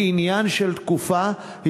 היא עניין של תקופה,